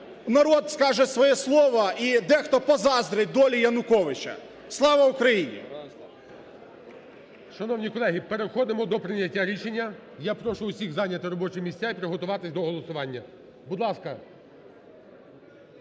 народ скаже своє слово і дехто позаздрить долі Януковича. Слава Україні! ГОЛОВУЮЧИЙ. Шановні колеги, переходимо до прийняття рішення. Я прошу всіх зайняти робочі місця і приготуватися до голосування. Будь ласка.